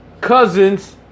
Cousins